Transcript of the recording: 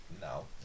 No